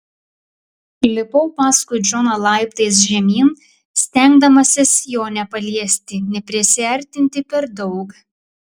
lipau paskui džoną laiptais žemyn stengdamasis jo nepaliesti neprisiartinti per daug